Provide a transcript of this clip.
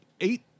eight